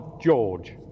George